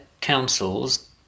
councils